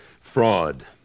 Fraud